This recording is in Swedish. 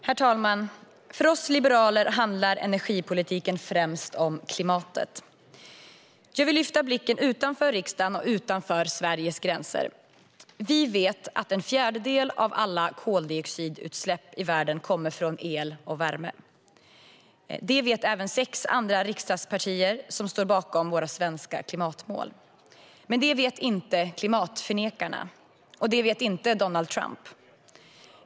Herr talman! För oss i Liberalerna handlar politiken främst om klimatet. Jag vill lyfta blicken utanför riksdagen och Sveriges gränser. Vi vet att en fjärdedel av alla koldioxidutsläpp i världen kommer från el och värme. Det vet även sex andra riksdagspartier som står bakom de svenska klimatmålen. Detta vet dock inte klimatförnekarna, och det vet inte Donald Trump.